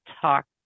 talk